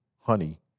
honey